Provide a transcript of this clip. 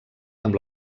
amb